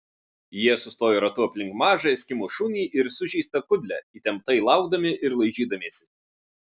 jie sustojo ratu aplink mažą eskimų šunį ir sužeistą kudlę įtemptai laukdami ir laižydamiesi